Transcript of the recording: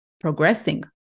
progressing